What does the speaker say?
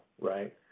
right